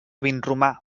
vinromà